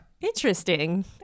Interesting